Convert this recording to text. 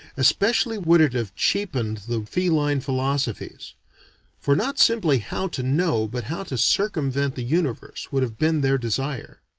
especially would it have cheapened the feline philosophies for not simply how to know but how to circumvent the universe would have been their desire.